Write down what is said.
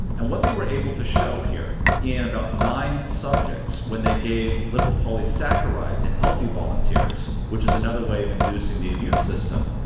and what they were able to show here in about nine subjects when they gave lipopolysaccharide to healthy volunteers, which is another way of inducing the immune system,